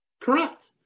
Correct